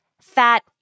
fat